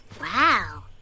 Wow